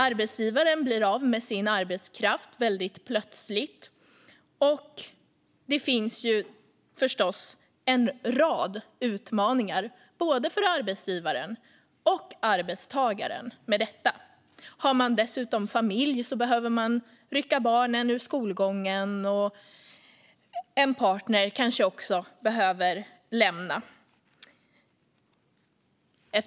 Arbetsgivaren blir av med sin arbetskraft väldigt plötsligt, och det finns en rad utmaningar med detta för både arbetsgivaren och arbetstagaren. Om man dessutom har familj behöver man rycka upp barnen från skolgången, och en partner kanske också behöver lämna landet.